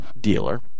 dealer